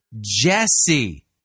Jesse